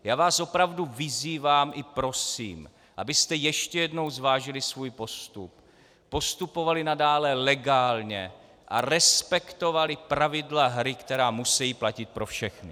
Já vás opravdu vyzývám i prosím, abyste ještě jednou zvážili svůj postup, postupovali nadále legálně a respektovali pravidla hry, která musejí platit pro všechny.